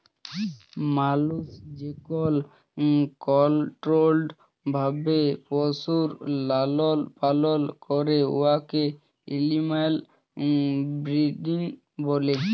মালুস যেকল কলট্রোল্ড ভাবে পশুর লালল পালল ক্যরে উয়াকে এলিম্যাল ব্রিডিং ব্যলে